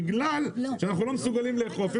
בגלל שאנחנו לא מסוגלים לאכוף.